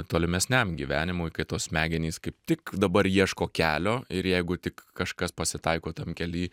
tolimesniam gyvenimui kai tos smegenys kaip tik dabar ieško kelio ir jeigu tik kažkas pasitaiko tam kely